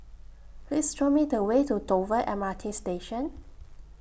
Please Show Me The Way to Dover M R T Station